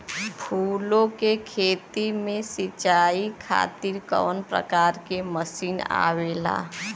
फूलो के खेती में सीचाई खातीर कवन प्रकार के मशीन आवेला?